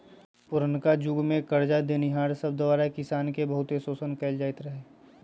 पुरनका जुग में करजा देनिहार सब द्वारा किसान के बहुते शोषण कएल जाइत रहै